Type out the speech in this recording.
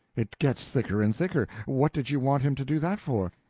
it gets thicker and thicker. what did you want him to do that for?